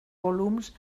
volums